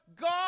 God